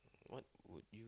what would you